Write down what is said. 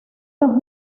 los